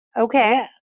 okay